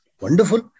wonderful